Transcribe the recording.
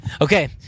Okay